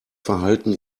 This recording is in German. verhalten